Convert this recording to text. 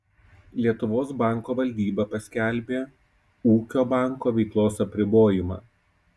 lietuvos banko valdyba paskelbė ūkio banko veiklos apribojimą